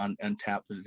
untapped